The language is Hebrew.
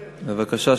בבקשה.